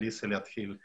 בארגנטינה